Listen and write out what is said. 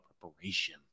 preparation